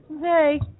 Hey